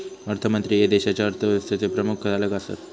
अर्थमंत्री हे देशाच्या अर्थव्यवस्थेचे प्रमुख चालक असतत